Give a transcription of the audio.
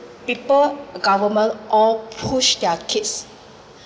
people government all push their kids